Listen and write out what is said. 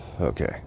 Okay